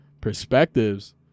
perspectives